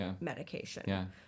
medication